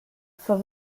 for